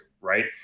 right